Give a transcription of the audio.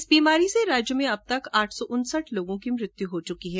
इस बीमारी से राज्य में अब तक आठ सौ उनसठ लोगों की मौत हई है